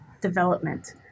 development